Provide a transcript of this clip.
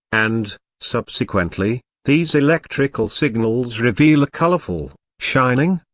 and, subsequently, these electrical signals reveal a colorful, shining,